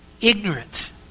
ignorant